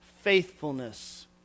faithfulness